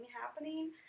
happening